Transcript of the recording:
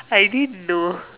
I didn't know